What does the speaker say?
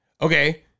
Okay